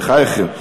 בחייכם.